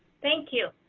thank you.